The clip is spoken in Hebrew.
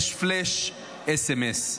יש פלאש סמ"ס,